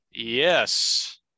Yes